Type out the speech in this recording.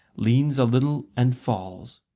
leans a little and falls.